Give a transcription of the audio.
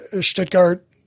Stuttgart